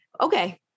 Okay